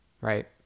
right